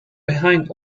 behind